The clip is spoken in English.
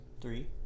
Three